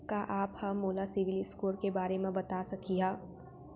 का आप हा मोला सिविल स्कोर के बारे मा बता सकिहा?